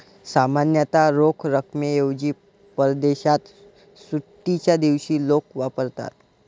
सामान्यतः रोख रकमेऐवजी परदेशात सुट्टीच्या दिवशी लोक वापरतात